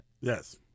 Yes